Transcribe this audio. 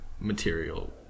material